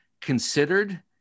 considered